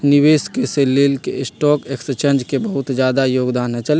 निवेशक स के लेल स्टॉक एक्सचेन्ज के बहुत जादा योगदान हई